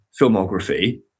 filmography